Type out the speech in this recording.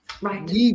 Right